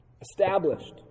established